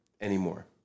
anymore